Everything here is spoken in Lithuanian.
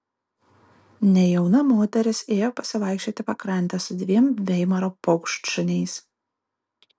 nejauna moteris ėjo pasivaikščioti pakrante su dviem veimaro paukštšuniais